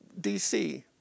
DC